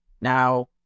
Now